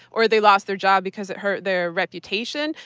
or they lost their job because it hurt their reputation.